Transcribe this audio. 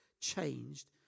changed